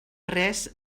res